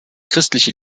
christliche